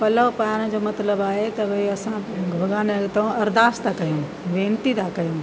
पल्लव पाइण जो मतिलबु आहे त भाई असां भॻवान जे हितां अरदास था कयूं वेनिती था कयूं